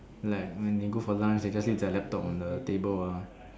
like when they go for lunch they just leave their laptop on the table ah